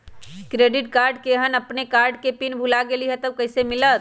Credit card केहन अपन card के पिन भुला गेलि ह त उ कईसे मिलत?